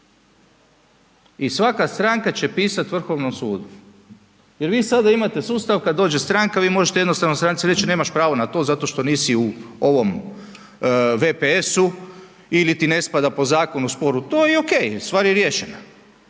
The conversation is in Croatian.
I svaka stranka će pisati Vrhovnom sudu, jer vi sada imate sustav kad dođe stranka vi možete jednostavno stranci reći nemaš pravo na to zato što nisi u ovom VPS-u ili ti ne spada po zakonu spor u to i OK, stvar je riješena.